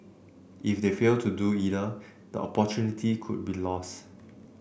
if they fail to do either the opportunity could be lost